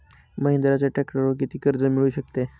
महिंद्राच्या ट्रॅक्टरवर किती कर्ज मिळू शकते?